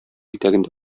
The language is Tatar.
итәгендә